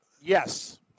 Yes